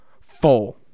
Four